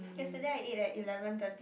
yesterday I ate at eleven thirty